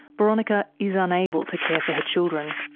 boronika is unable to care for her children.